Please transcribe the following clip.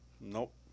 Nope